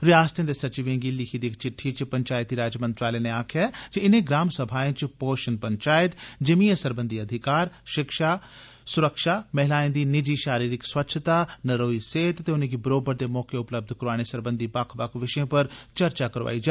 रियास्तें दे सचिवें गी लिखी दी षिट्ठी च पंचायती राज मंत्रालय नै आक्खेआ ऐ जे इनें ग्राम सभाएं च पोषण पंचायत जिमिए सरबंधी अधिकार शिक्षा सुरक्षा महिलाएं दी नीजि शारीरिक स्वस्थ्ता नरोई सेहत ते उनेंगी बरोबर दे मौके उपलब्य करोआनें सरबंघी बक्ख बक्ख विशें उप्पर चर्चा करोआई जा